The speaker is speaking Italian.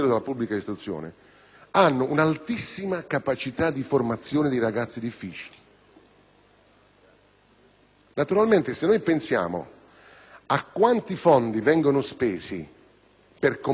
un'altissima capacità di formazione di ragazzi difficili. Naturalmente, se si pensa a quanti fondi vengono spesi per combattere